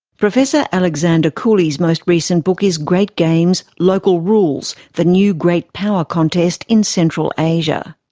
professor alexander cooley's most recent book is great games, local rules the new great power contest in central asia.